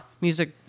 music